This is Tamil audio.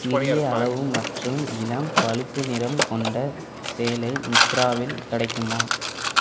சிறிய அளவு மற்றும் இளம் பழுப்பு நிறம் கொண்ட சேலை மித்திராவில் கிடைக்குமா